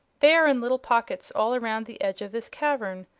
they are in little pockets all around the edge of this cavern.